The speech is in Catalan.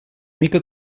mica